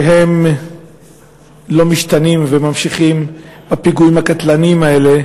שהם לא משתנים וממשיכים בפיגועים הקטלניים האלה